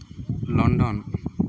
London